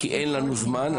כי אין לנו זמן,